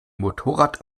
motorrad